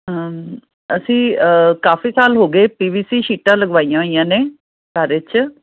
ਅਸੀਂ ਕਾਫੀ ਸਾਲ ਹੋ ਗਏ ਪੀ ਵੀ ਸੀ ਸ਼ੀਟਾ ਲਗਵਾਈਆਂ ਹੋਈਆਂ ਨੇ ਘਰ ਵਿੱਚ